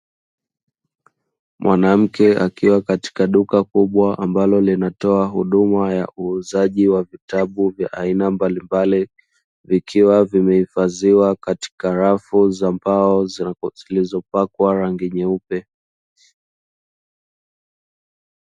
Mwanamke akiwa katika duka kubwa ambalo linatoa huduma ya uuzaji wa vitabu vya aina mbalimbali, vikiwa vimehifadhiwa katika rafu za mbao zilizopakwa rangi nyeupe.